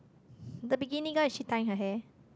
the bikini girl is she tying her hair